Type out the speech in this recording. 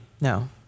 No